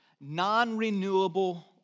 non-renewable